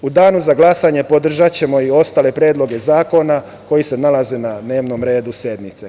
U danu za glasanje podržaćemo i ostale predloge zakona koji se nalaze na dnevnom redu sednice.